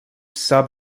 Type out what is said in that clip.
sub